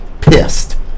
pissed